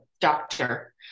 doctor